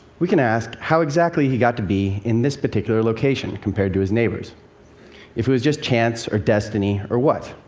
we can ask how exactly he got to be in this particular location compared to his neighbors if it was just chance, or destiny, or what?